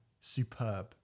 superb